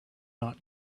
not